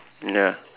ya